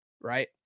right